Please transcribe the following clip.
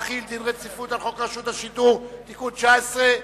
להחיל דין רציפות על הצעת חוק רשות השידור (תיקון מס' 19)